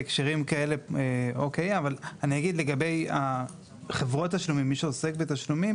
אבל לגבי חברות התשלומים, שהן מי שעוסק בתשלומים